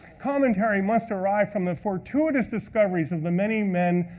commentary must arise from the fortuitous discoveries of the many men,